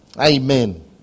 Amen